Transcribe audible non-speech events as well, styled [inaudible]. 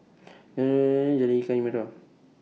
[unintelligible] Jalan Ikan Merah